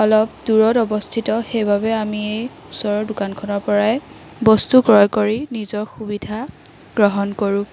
অলপ দূৰত অৱস্থিত সেইবাবে আমি এই ওচৰৰ দোকানখনৰ পৰাই বস্তু ক্ৰয় কৰি নিজৰ সুবিধা গ্ৰহণ কৰোঁ